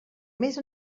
més